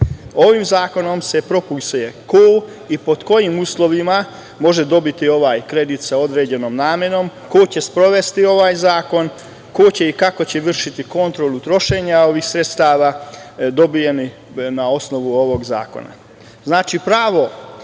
Ovim zakonom se propisuje ko i pod kojim uslovima može dobiti ovaj kredit sa određenom namenom, ko će sprovesti ovaj zakon, ko će i kako će vršiti kontrolu trošenja ovih sredstava dobijenih na osnovu ovog zakona. Znači,